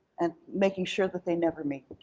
and making sure that they never meet.